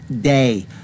day